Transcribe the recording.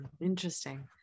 Interesting